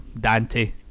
Dante